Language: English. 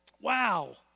Wow